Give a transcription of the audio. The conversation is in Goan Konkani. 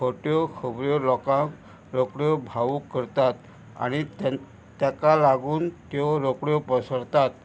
खोट्यो खोबऱ्यो लोकांक रोकड्यो भावूक करतात आनी थेर ताका लागून त्यो रोकड्यो पसरतात